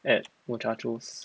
at Muchachos